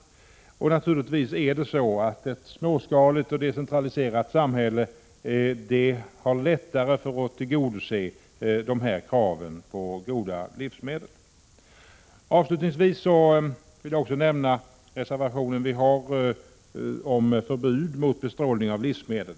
Naturligtvis har ett småskaligt och decentraliserat samhälle lättare för att tillgodose kraven på goda livsmedel. Avslutningsvis vill jag också nämna reservation 6 om förbud mot bestrålning av livsmedel.